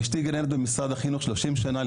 אשתי גננת במשרד החינוך 30 שנה,